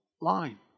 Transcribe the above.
line